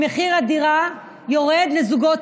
הכנסת,